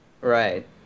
Right